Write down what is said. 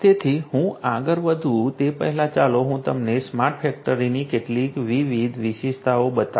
તેથી હું આગળ વધું તે પહેલાં ચાલો હું તમને સ્માર્ટ ફેક્ટરીની કેટલીક વિવિધ વિશેષતાઓ બતાવું